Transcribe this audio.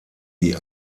die